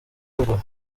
ruguru